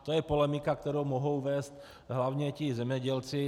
To je polemika, kterou mohou vést hlavně ti zemědělci.